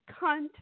cunt